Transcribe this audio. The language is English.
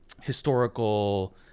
historical